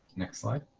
next slide.